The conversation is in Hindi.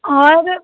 और